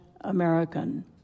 American